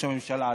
ראש הממשלה הזה,